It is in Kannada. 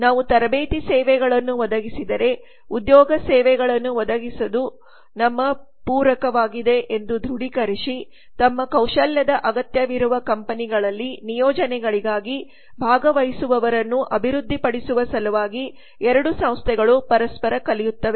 ನಾವು ತರಬೇತಿ ಸೇವೆಗಳನ್ನು ಒದಗಿಸಿದರೆ ಉದ್ಯೋಗ ಸೇವೆಗಳನ್ನು ಒದಗಿಸುವುದು ನಮ್ಮಪೂರಕವಾಗಿದೆಎಂದು ದೃಢೀಕರಿಸಿತಮ್ಮ ಕೌಶಲ್ಯದ ಅಗತ್ಯವಿರುವ ಕಂಪನಿಗಳಲ್ಲಿ ನಿಯೋಜನೆಗಳಿಗಾಗಿ ಭಾಗವಹಿಸುವವರನ್ನು ಅಭಿವೃದ್ಧಿಪಡಿಸುವ ಸಲುವಾಗಿ ಎರಡೂ ಸಂಸ್ಥೆಗಳು ಪರಸ್ಪರ ಕಲಿಯುತ್ತವೆ